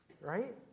Right